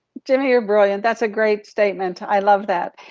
jimmy, you're brilliant, that's a great statement, i love that.